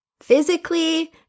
physically